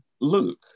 Luke